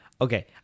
Okay